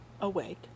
awake